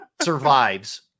Survives